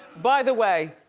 by the way,